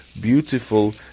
beautiful